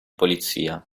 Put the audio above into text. polizia